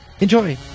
enjoy